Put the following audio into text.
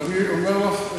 ואני אומר לך,